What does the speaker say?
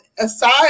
Aside